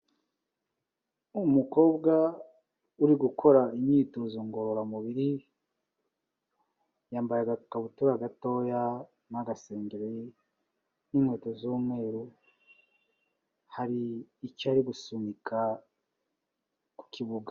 Umukobwa uri gukora imyitozo ngororamubiri. Yambaye agakabutura gatoya n'agasengeri n'inkweto z'umweru. Hari icyo ari gusunika ku kibuga.